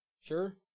sure